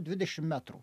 dvidešim metrų